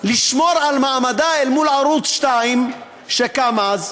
לשמור על מעמדו אל מול ערוץ 2 שקם אז,